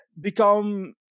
become